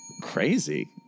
Crazy